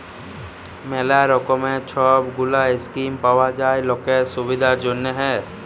ম্যালা রকমের সব গুলা স্কিম পাওয়া যায় লকের সুবিধার জনহ